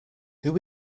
who